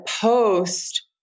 post